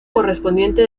correspondiente